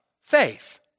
faith